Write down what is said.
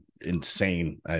insane